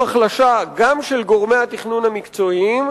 החלשה קיצונית של גורמי התכנון המקצועיים,